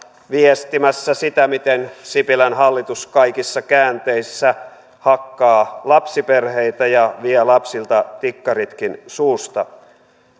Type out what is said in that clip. viestimässä sitä miten sipilän hallitus kaikissa käänteissä hakkaa lapsiperheitä ja vie lapsilta tikkaritkin suusta